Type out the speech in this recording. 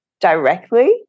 directly